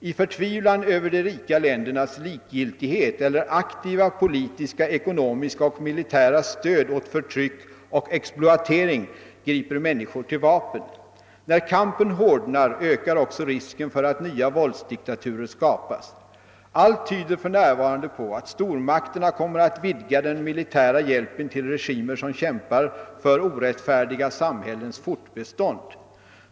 I förtvivlan över de rika ländernas likgiltighet eller aktiva politiska ekonomiska och militära stöd åt förtyck och exploatering griper människor till vapen. När kampen hårdnar ökar också risken för att nya våldsdiktaturer skapas. Allt tyder för närvarande på att stormakterna kommer att vidga den militära hjälpen till regimer som kämpar för orättfärdiga samhällens fortbestånd.